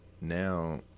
now